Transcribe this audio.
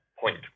Point